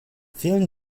vielen